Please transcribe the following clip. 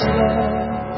love